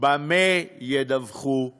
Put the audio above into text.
על מה ידווחו עליו.